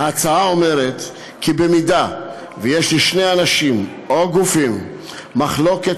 ההצעה אומרת כי במידה שיש לשני אנשים או גופים מחלוקת